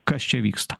kas čia vyksta